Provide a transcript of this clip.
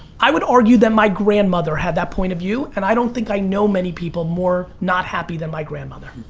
i would argue that my grandmother had that point of view, and i don't think i know many people more, not happy than my grandmother.